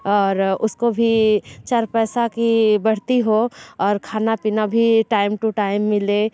और उसको भी चार पैसा की बढ़ती हो और खाना पीना भी टाइम टू टाइम मिले